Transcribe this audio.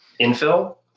infill